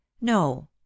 no